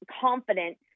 confident